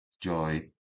joy